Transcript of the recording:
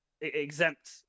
exempt